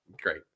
great